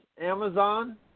Amazon